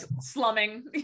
slumming